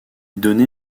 donné